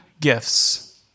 gifts